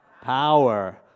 power